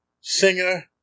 Singer